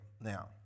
Now